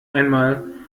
einmal